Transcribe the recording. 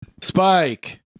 spike